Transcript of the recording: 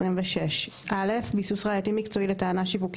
26. (א) ביסוס ראייתי מקצועי לטענה שיווקית